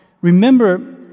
Remember